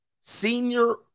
Senior